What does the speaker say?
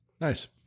nice